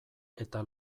eta